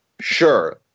sure